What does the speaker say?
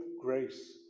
grace